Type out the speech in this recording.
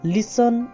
Listen